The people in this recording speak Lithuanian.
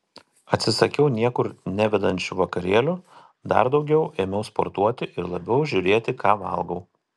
atsisakiau niekur nevedančių vakarėlių dar daugiau ėmiau sportuoti ir labiau žiūrėti ką valgau